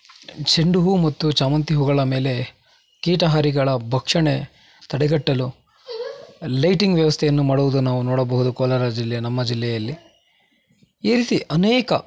ಚೆಂಡು ಹೂವು ಮತ್ತು ಚಾಮಂತಿ ಹೂವುಗಳ ಮೇಲೆ ಕೀಟಹಾರಿಗಳ ಭಕ್ಷಣೆ ತಡೆಗಟ್ಟಲು ಲೈಟಿಂಗ್ ವ್ಯವಸ್ಥೆಯನ್ನು ಮಾಡುವುದನ್ನು ನಾವು ನೋಡಬಹುದು ಕೋಲಾರ ಜಿಲ್ಲೆ ನಮ್ಮ ಜಿಲ್ಲೆಯಲ್ಲಿ ಈ ರೀತಿ ಅನೇಕ